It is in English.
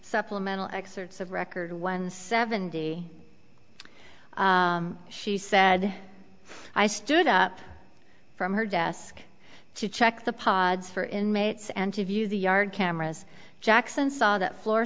supplemental excerpts of record one seven day she said i stood up from her desk to check the pods for inmates and to view the yard cameras jackson saw that floor